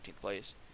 place